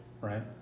right